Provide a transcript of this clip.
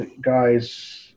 guys